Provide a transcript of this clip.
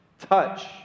touch